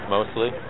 Mostly